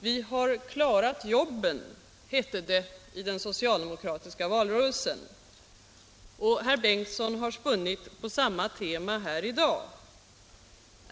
Vi har klarat jobben, hette det i den socialdemokratiska valrörelsen. Och herr Bengtsson har spunnit på samma tema här i dag.